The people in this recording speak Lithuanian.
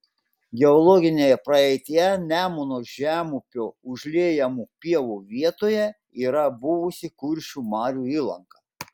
geologinėje praeityje nemuno žemupio užliejamų pievų vietoje yra buvusi kuršių marių įlanka